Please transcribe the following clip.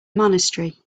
monastery